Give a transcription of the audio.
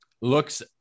looks